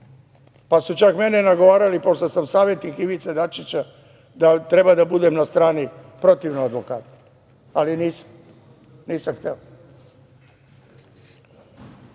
pa su čak mene nagovarali pošto sam savetnik Ivice Dačića da treba da budem na strani protiv advokata, ali nisam hteo.